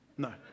No